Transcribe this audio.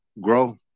grow